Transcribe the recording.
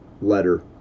letter